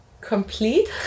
complete